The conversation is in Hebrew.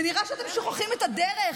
זה נראה שאתם שוכחים את הדרך,